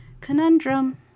Conundrum